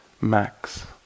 max